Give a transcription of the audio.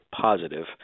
positive